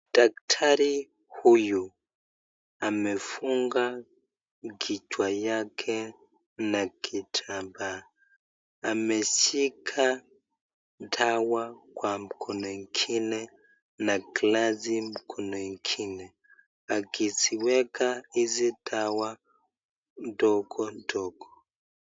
Daktari huyu, amefunga kichwa yake na kitamba, ameshika dawa kwa mkono ingine na glasi mkono ingine akiziweka hizi dawa ndogo ndogo.